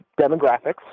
demographics